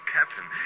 Captain